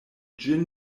ĝin